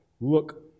look